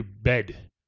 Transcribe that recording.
bed